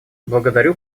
благодарю